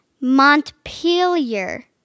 Montpelier